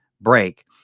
break